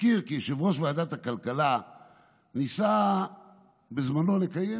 אזכיר כי יושב-ראש ועדת הכלכלה ניסה בזמנו לקיים